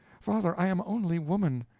father, i am only woman.